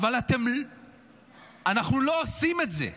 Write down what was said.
אבל אנחנו לא עושים את זה.